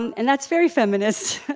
and that's very feminist.